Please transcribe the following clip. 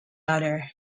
other